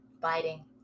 Biting